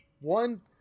one